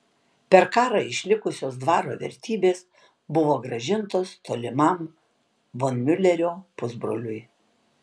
per karą išlikusios dvaro vertybės buvo grąžintos tolimam von miulerio pusbroliui